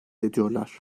ediyorlar